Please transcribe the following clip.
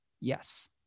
Yes